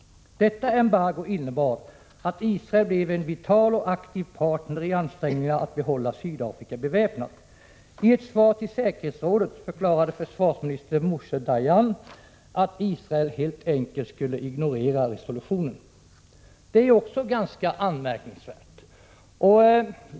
Detta embargo innebar att Israel blev en vital och aktiv partner i ansträngningen att bibehålla Sydafrika beväpnat. I ett svar till säkerhetsrådet förklarade försvarsminister Moshe Dayan att Israel helt enkelt skulle ignorera resolutionen.” Detta är också ganska anmärkningsvärt.